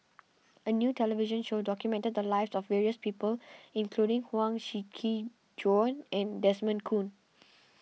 a new television show documented the lives of various people including Huang Shiqi Joan and Desmond Kon